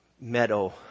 Meadow